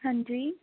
ਹਾਂਜੀ